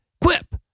Quip